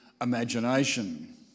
imagination